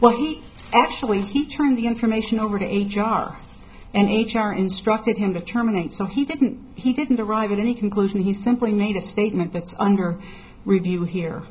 well he actually he turned the information over to h r and h r instructed him to terminate so he didn't he didn't arrive at any conclusion he simply made a statement that's under review here